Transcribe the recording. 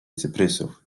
cyprysów